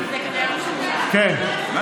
האוזר.